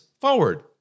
forward